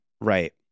right